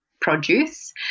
produce